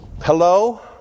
Hello